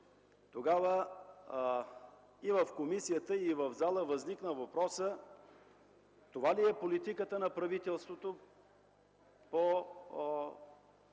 Тогава и в комисията, и в залата възникна въпросът: това ли е политиката на правителството по